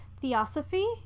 Theosophy